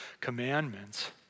commandments